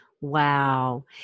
Wow